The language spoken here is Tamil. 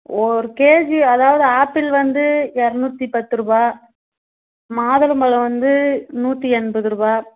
ஒரு கேஜி அதாவது ஆப்பிள் வந்து இரநூத்தி பத்துருபா மாதுளம்பழம் வந்து நூற்றி எண்பதுரூபா